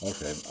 Okay